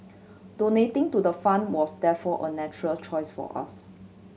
donating to the fund was therefore a natural choice for us